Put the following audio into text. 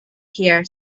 here